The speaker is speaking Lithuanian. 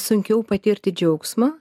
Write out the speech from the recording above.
sunkiau patirti džiaugsmą